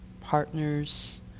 partners